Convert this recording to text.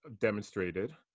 demonstrated